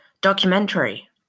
Documentary